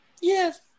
Yes